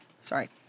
Sorry